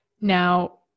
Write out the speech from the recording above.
Now